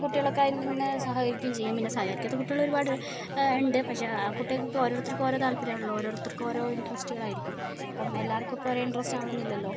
കുട്ടികളൊക്കെ അതിൽ നിന്ന് സഹകരിക്കുകയും ചെയ്യും പിന്നെ സഹകരിക്കാത്ത കുട്ടികള് ഒരുപാട് ഉണ്ട് പക്ഷെ ആ കുട്ടികൾക്കൊക്കെ ഓരോരുത്തർക്ക് ഓരോ താല്പര്യം ആണല്ലോ ഓരോർത്തർക്കും ഓരോ ഇൻട്രസ്റ്റുകൾ ആയിരിക്കും അപ്പം എല്ലാവർക്കും ഇപ്പം ഒരേ ഇൻട്രസ്റ്റ് ആവണം എന്നില്ലല്ലോ